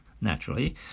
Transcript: naturally